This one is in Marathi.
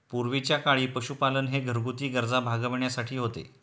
पूर्वीच्या काळी पशुपालन हे घरगुती गरजा भागविण्यासाठी होते